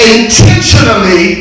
intentionally